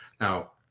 Now